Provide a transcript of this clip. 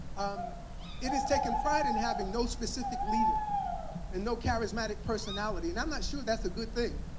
um it has taken pride in having no specific leader and no charismatic personality. and i'm not sure that's a good thing